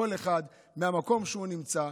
כל אחד מהמקום שהוא נמצא.